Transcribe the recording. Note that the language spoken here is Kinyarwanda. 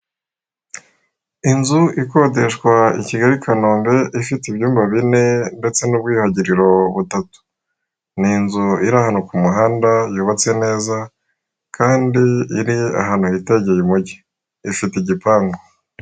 Inzu ikodeshwa i Kigali Kanombe, ifite ibyumba bine ndetse n'ubwiyuhagiriro butatu, ni inzu iri ahantu ku umuhanda, yubatse neza kandi iri ahantu hitegeye umujyi, ifite igipangu.